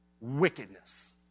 wickedness